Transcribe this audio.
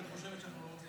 את חושבת שאנחנו לא רוצים?